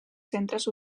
centres